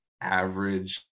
average